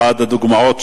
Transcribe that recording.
אחת הדוגמאות,